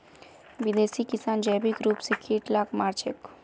विदेशी किसान जैविक रूप स कीट लाक मार छेक